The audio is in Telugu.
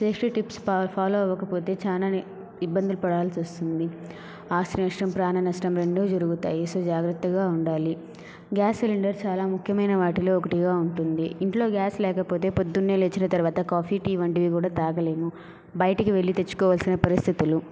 సేఫ్టీ టిప్స్ ప ఫాలో అవ్వకపోతే చాలానే ఇబ్బందులు పడాల్సి వస్తుంది ఆస్తి నష్టం ప్రాణ నష్టం రెండు జరుగుతాయి సో జాగ్రత్తగా ఉండాలి గ్యాస్ సిలిండర్ చాలా ముఖ్యమైన వాటిలో ఒకటిగా ఉంటుంది ఇంట్లో గ్యాస్ లేకపోతే పొద్దున్నే లేచిన తరువాత కాఫీ టీ వంటివి కూడా తాగలేము బయటకి వెళ్ళి తెచ్చుకోవాల్సిన పరిస్థితులు